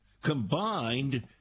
combined